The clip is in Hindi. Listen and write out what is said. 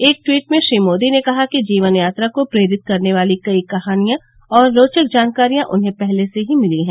एक ट्वीट में श्री मोदी ने कहा कि जीवन यात्रा को प्रेरित करने वाली कई कहानियां और रोचक जानकारियां उन्हें पहले से ही मिली हैं